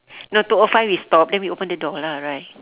no two O five we stop then we open the door lah right